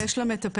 יש לה מטפלת.